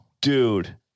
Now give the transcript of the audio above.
Dude